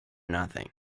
nothing